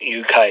UK